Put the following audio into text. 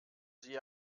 sie